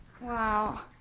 Wow